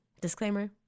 disclaimer